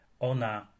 ona